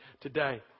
today